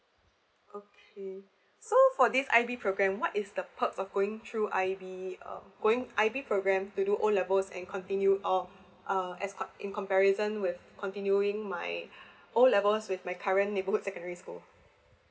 okay so for this I_B program what is the perks of going through I_B uh going I_B program to do O levels and continue or uh escort in comparison with continuing my O levels with my current neighborhood secondary school